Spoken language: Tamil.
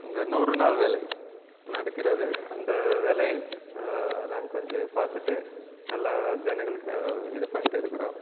இந்த நூறுநாள் வேலை நடக்கிறது அந்த வேலையில் நாங்கள் கொஞ்சம் பார்த்துட்டு நல்லா ஜனங்களுக்கு இது பண்ணிட்டு இருக்கிறோம்